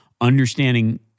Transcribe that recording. understanding